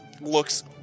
looks